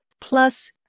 Plus